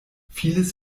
vieles